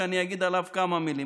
ואני אגיד עליו כמה מילים.